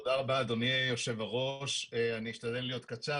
תודה רבה, אדוני יושב-הראש, אני אשתדל להיות קצר.